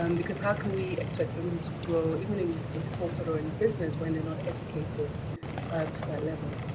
um because how can we expect women to grow, even in in corporate or in business, when they're not educated um to that level?